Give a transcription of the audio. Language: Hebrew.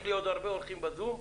יש לי הרבה אורחים בזום,